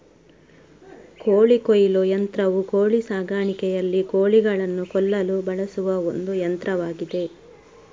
ಕೋಳಿ ಕೊಯ್ಲು ಯಂತ್ರವು ಕೋಳಿ ಸಾಕಾಣಿಕೆಯಲ್ಲಿ ಕೋಳಿಗಳನ್ನು ಕೊಲ್ಲಲು ಬಳಸುವ ಒಂದು ಯಂತ್ರವಾಗಿದೆ